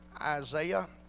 Isaiah